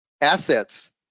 assets